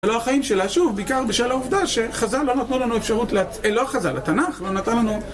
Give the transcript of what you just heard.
לא החיים שלה, שוב, בעיקר בשל העובדה שחזא לא נתנו לנו אפשרות, לא החזא, לתנ״ך לא נתן לנו...